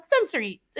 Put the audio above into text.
Sensory